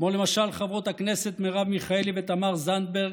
כמו למשל חברות הכנסת מרב מיכאלי ותמר זנדברג,